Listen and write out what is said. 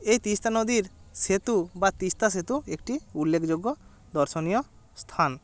এই তিস্তা নদীর সেতু বা তিস্তা সেতু একটি উল্লেখযোগ্য দর্শনীয় স্থান